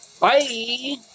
Bye